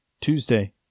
Tuesday